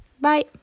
Bye